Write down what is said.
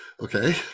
Okay